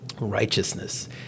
righteousness